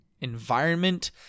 environment